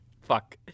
Fuck